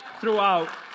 throughout